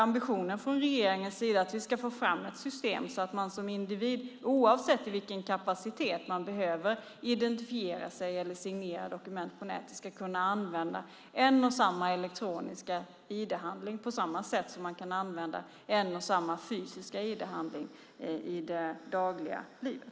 Ambitionen från regeringens sida är att vi ska få fram ett system så att man som individ, oavsett i vilken kapacitet man behöver identifiera sig eller signera dokument på nätet, ska kunna använda en och samma elektroniska ID-handling på samma sätt som man kan använda en och samma fysiska ID-handling i det dagliga livet.